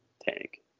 tank